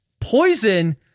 Poison